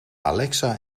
alexa